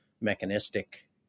mechanistic